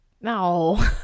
No